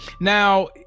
now